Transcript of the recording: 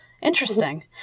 Interesting